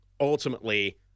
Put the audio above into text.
ultimately